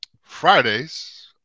Fridays